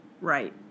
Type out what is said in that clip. Right